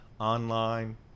Online